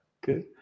Good